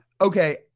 Okay